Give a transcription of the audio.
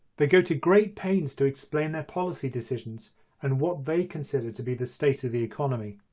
they go to great pains to explain their policy decisions and what they consider to be the state of the economy.